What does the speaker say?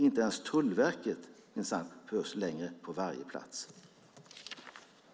Inte ens Tullverket behövs längre på varje plats, minsann.